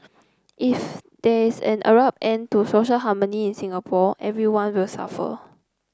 if there is an abrupt end to social harmony in Singapore everyone will suffer